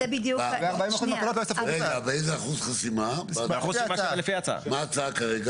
מה אחוז החסימה לפי ההצעה?